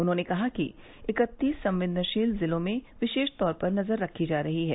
उन्होंने कहा कि इकतीस संवेदनशील जिलों में विशेष तौर पर नजर रखी जा रही है